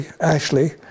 Ashley